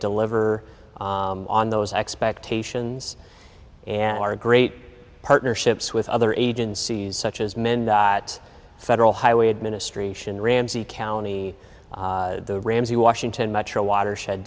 deliver on those expectations and our great partnerships with other agencies such as many federal highway administration ramsey county ramsey washington metro watershed